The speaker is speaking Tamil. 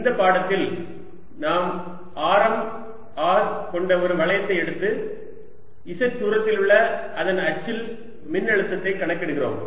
இந்த பாடத்தில் நாம் ஆரம் r கொண்ட ஒரு வளையத்தை எடுத்து z தூரத்திலுள்ள அதன் அச்சில் மின்னழுத்தத்தை கணக்கிடுகிறோம்